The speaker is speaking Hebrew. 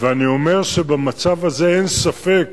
אני אומר שבמצב הזה אין ספק